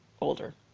older